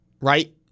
right